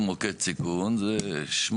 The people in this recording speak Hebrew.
פיקוד משטרת ישראל מול --- הרי זה דבר שנעשה אחת לשנה,